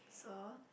so